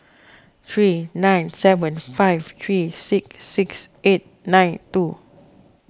three nine seven five three six six eight nine two